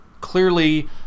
clearly